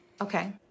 Okay